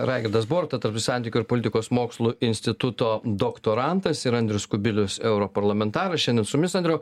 raigardas boruta santykių ir politikos mokslų instituto doktorantas ir andrius kubilius europarlamentaras šiandien su mumis andriau